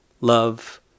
love